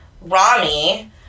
Rami